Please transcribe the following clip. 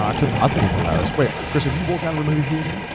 i couldn't. i think it's hilarious. wait, chris, if you walked out of a movie theater?